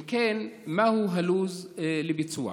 2. אם כן, מהו הלו"ז לביצוע?